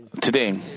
Today